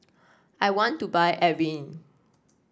I want to buy Avene